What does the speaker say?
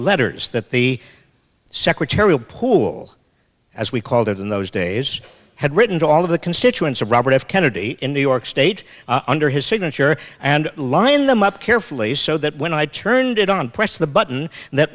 letters that the secretarial pool as we called it in those days had written to all of the constituents of robert f kennedy in new york state under his signature and line them up carefully so that when i turned it on press the button that